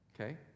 Okay